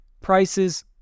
prices